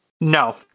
No